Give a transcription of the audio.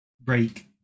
break